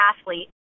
athlete